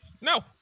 No